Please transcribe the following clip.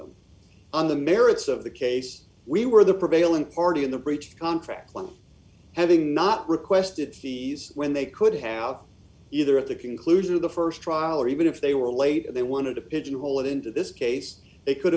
them on the merits of the case we were the prevailing party in the breach of contract law having not requested keys when they could have either at the conclusion of the st trial or even if they were late and they wanted to pigeonhole it into this case they could